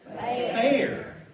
Fair